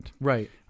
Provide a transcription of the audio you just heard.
Right